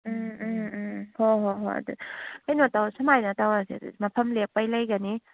ꯎꯝꯎꯝꯎꯝ ꯍꯣꯍꯣꯍꯣꯏ ꯑꯗꯨ ꯀꯩꯅꯣ ꯇꯧ ꯁꯨꯃꯥꯏꯅ ꯇꯧꯔꯁꯤ ꯑꯗꯨꯗꯤ ꯃꯐꯝ ꯂꯦꯞꯄꯩ ꯂꯩꯒꯅꯤ